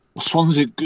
Swansea